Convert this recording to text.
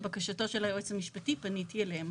לבקשתו של היועץ המשפטי פניתי אליהם.